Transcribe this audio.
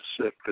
sick